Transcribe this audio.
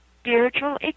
spiritual